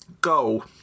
Goal